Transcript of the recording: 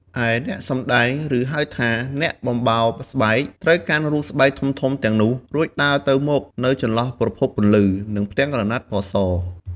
ឯអ្នកសម្តែង ឬហៅថា អ្នកបំបោលស្បែក ត្រូវកាន់រូបស្បែកធំៗទាំងនោះ រួចដើរទៅមកនៅចន្លោះប្រភពពន្លឺ និងផ្ទាំងក្រណាត់ពណ៌ស។